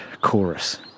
chorus